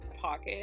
pocket